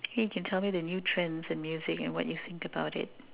okay you can tell me the new trends and music and what you think about it